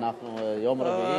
מירי רגב,